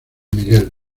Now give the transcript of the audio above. miguel